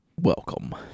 Welcome